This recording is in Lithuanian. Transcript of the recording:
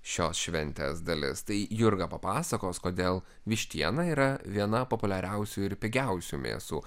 šios šventės dalis tai jurga papasakos kodėl vištiena yra viena populiariausių ir pigiausių mėsų